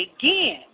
again